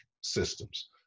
systems